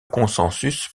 consensus